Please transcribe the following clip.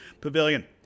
pavilion